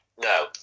No